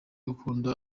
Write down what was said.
gukunda